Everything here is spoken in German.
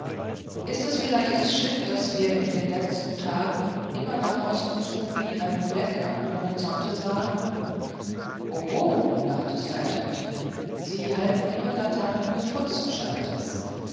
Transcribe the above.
ist es vielleicht das schiff das wir in den letzten tagen immer nach osten zu wie ein fleck am horizonte sahen oho lachte sir edmund sie halten ihre laternen geputzt scheint es